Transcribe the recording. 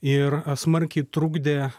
ir smarkiai trukdė